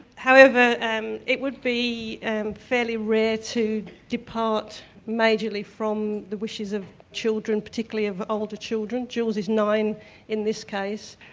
however, and it would be and fairly rare to depart majorly from the wishes of children, particularly of older children. jules is nine in this case.